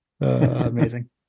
Amazing